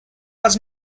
was